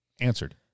answered